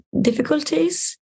difficulties